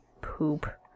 poop